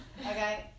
Okay